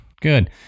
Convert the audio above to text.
Good